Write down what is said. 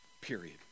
period